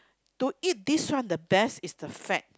to eat this one the best is the fat